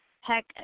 heck